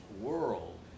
world